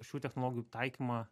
šių technologijų taikymą